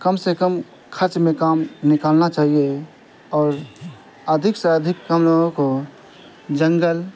کم سے کم خرچ میں کام نکالنا چاہیے اور ادھک سے ادھک ہم لوگوں کو جنگل